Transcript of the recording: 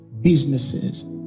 businesses